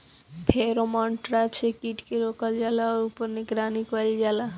Pheromone trap से कीट के रोकल जाला और ऊपर निगरानी कइल जाला?